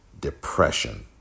depression